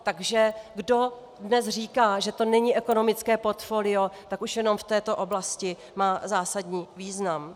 Takže kdo dnes říká, že to není ekonomické portfolio, tak už jenom v této oblasti má zásadní význam.